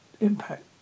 impact